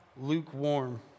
lukewarm